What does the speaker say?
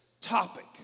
topic